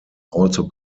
also